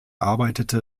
arbeitete